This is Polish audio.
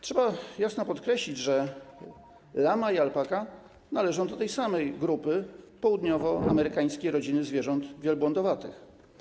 Trzeba jasno podkreślić, że lama i alpaka należą do tej samej grupy południowoamerykańskiej rodziny zwierząt wielbłądowatych.